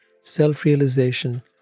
self-realization